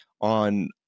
on